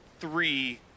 three